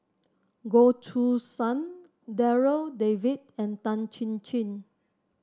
Goh Choo San Darryl David and Tan Chin Chin